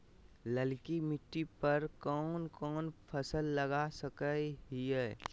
ललकी मिट्टी पर कोन कोन फसल लगा सकय हियय?